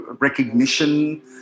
recognition